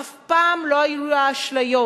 אף פעם לא היו לה אשליות